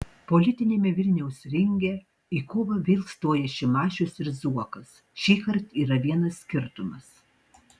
politiniame vilniaus ringe į kovą vėl stoja šimašius ir zuokas šįkart yra vienas skirtumas